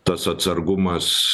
tas atsargumas